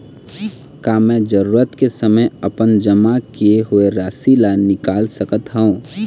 का मैं जरूरत के समय अपन जमा किए हुए राशि ला निकाल सकत हव?